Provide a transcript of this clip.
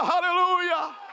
hallelujah